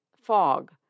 fog